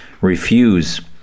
refuse